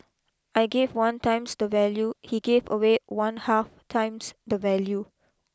I gave one times the value he gave away one half times the value